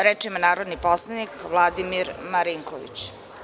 Reč ima narodni poslanik Vladimir Marinković.